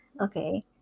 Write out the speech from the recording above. Okay